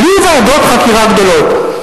בלי ועדות חקירה גדולות,